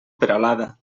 peralada